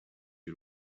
due